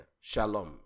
Shalom